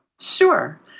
sure